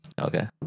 Okay